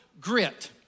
Grit